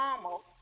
normal